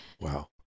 Wow